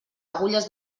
agulles